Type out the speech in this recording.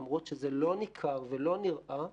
למרות שזה לא ניכר ולא נראה,